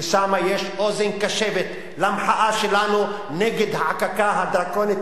ושם יש אוזן קשבת למחאה שלנו נגד החקיקה הדרקונית,